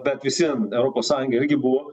bet vis vien europos sąjunga irgi buvo